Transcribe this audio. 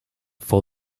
for